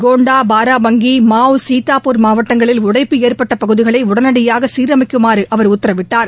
கோண்டா பாராவங்கி மாவ் சீதாப்பூர் மாவட்டங்களில் உடைப்பு ஏற்பட்ட பகுதிகளை உடனடியாக சீரமைக்குமாறு அவர் உத்தரவிட்டார்